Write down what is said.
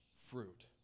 fruit